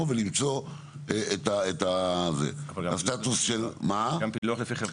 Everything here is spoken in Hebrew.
ולמצוא את ה --- גם פילוח לפי חברות.